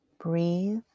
Breathe